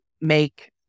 make